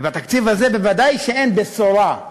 ובתקציב הזה בוודאי אין בשורה.